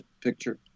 picture